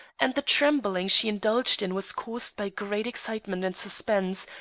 and the trembling she indulged in was caused by great excitement and suspense,